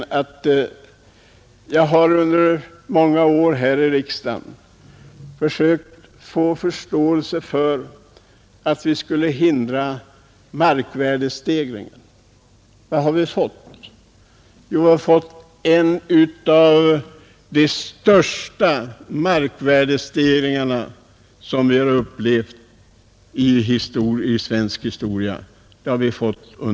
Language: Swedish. Jag har under många år här i riksdagen försökt att vinna förståelse för att vi borde hindra markvärdestegringen. Vad har resultatet blivit? Jo, vi har under de senare årtiondena fått en av de största markvärdestegringar som vi har upplevt i svensk historia.